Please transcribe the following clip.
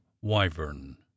wyvern